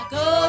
go